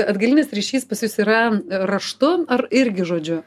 atgalinis ryšys pas jus yra raštu ar irgi žodžiu